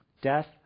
Death